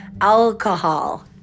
alcohol